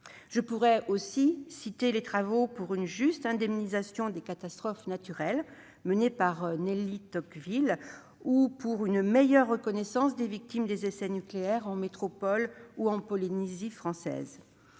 Je pourrais également citer les travaux en vue d'une juste indemnisation des catastrophes naturelles menés par Nelly Tocqueville ou pour une meilleure reconnaissance des victimes des essais nucléaires en métropole ou en Polynésie française.